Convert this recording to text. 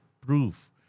proof